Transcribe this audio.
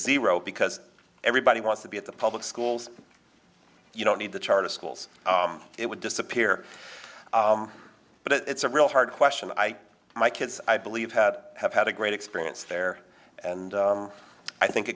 zero because everybody wants to be at the public schools you don't need the charter schools it would disappear but it's a real hard question i my kids i believe had have had a great experience there and i think